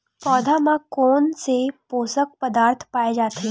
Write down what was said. पौधा मा कोन से पोषक पदार्थ पाए जाथे?